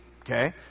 Okay